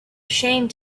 ashamed